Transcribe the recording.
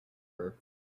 her